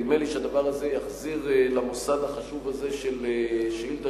נדמה לי שהדבר הזה יחזיר את המוסד החשוב הזה של שאילתא,